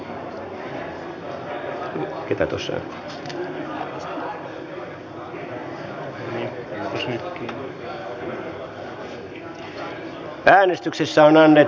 tarkoitus oli äänestää jaa